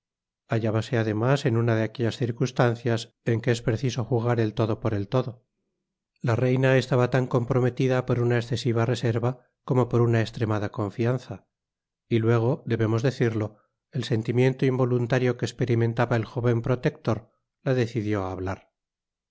él hallábase además en una de aquellas circunstancias en que es preciso jugar el todo por el todo la reina estaba tan comprometida por una escesiva reserva como por una estremada confianza y luego debemos decirlo el sentimiento involuntario que esperimentaba el jóven protector la decidió á hablar